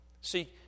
See